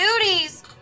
duties